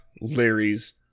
Larry's